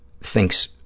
thinks